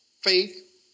faith